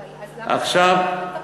אבל אז למה, תרבות?